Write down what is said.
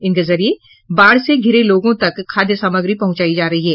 इनके जरिये बाढ़ से घिरे लोगों तक खाद्य सामग्री पहुंचायी जा रही है